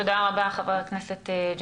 תודה רבה, חבר הכנסת ג'אבר